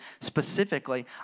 specifically